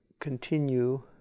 continue